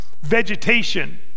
vegetation